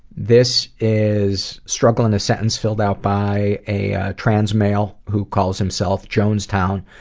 this is struggle in a sentence filled out by a trans male who calls himself jonestown.